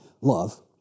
love